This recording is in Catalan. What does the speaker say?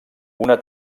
una